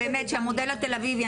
אני אשמח באמת שהמודל התל אביב יקודם.